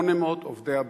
800 עובדי הבנק,